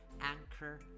Anchor